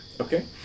Okay